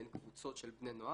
בין קבוצות של בני נוער.